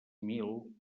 mil